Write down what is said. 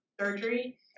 surgery